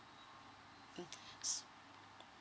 mm